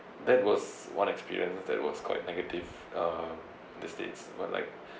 that was one experience that was quite negative uh the states but like